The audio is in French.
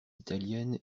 italiennes